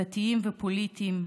דתיים ופוליטיים,